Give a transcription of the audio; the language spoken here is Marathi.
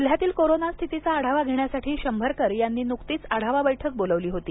जिल्ह्यातील कोरोना स्थितीचा आढावा घेण्यासाठी शंभरकर यांनी नुकतीच आढावा बैठक बोलविली होती